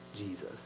Jesus